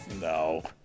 No